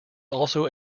also